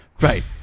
Right